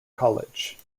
college